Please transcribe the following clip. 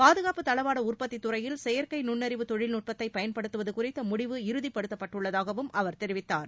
பாதுகாப்புத் தளவாட உற்பத்தித் துறையில் செயற்கை நுண்ணறிவு தொழில்நுட்பத்தை பயன்படுத்துவது குறித்த முடிவு இறுதிப்படுத்தப்பட்டுள்ளதாகவும் அவர் தெரிவித்தார்